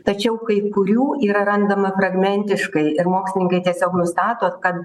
tačiau kai kurių yra randama fragmentiškai ir mokslininkai tiesiog nustato kad